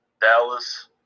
Dallas